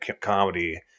comedy